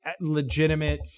legitimate